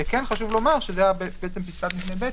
וכן חשוב לומר שזה היה פסקת משנה (ב),